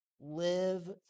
live